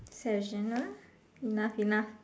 sessional enough enough